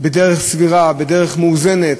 בדרך סבירה, בדרך מאוזנת.